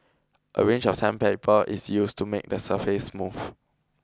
a range of sandpaper is used to make the surface smooth